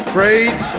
Breathe